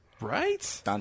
Right